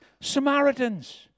Samaritans